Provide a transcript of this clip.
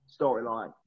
storyline